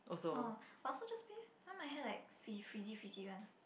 oh but I also just bathe now my hair like frizzy frizzy frizzy one